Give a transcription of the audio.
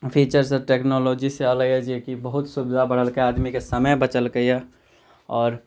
feature सब टेक्नोलॉजीसँ एलैया जेकि बहुत सुविधा बढ़ेलकैया आदमीके समय बचेलकैया आओर